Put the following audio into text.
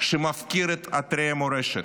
שמפקיר את אתרי המורשת?